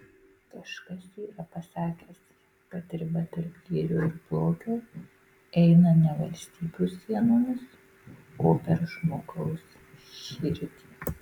kažkas yra pasakęs kad riba tarp gėrio ir blogio eina ne valstybių sienomis o per žmogaus širdį